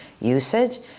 usage